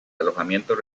alojamientos